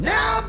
Now